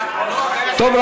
טוב.